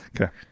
Okay